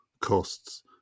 costs